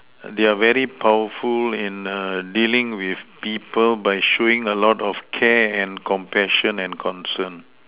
they are very powerful in err dealing with people by showing a lot of care and compassion and concern